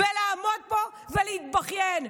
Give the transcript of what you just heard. לעמוד פה ולהתבכיין.